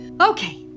Okay